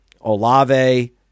Olave